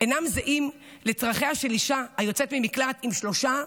אינם זהים לצרכיה של אישה היוצאת ממקלט עם שלושה,